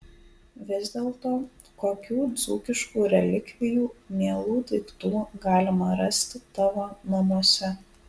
vis dėlto kokių dzūkiškų relikvijų mielų daiktų galima rasti tavo namuose